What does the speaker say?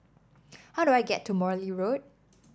how do I get to Morley Road